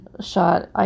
shot